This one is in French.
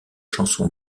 chansons